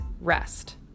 rest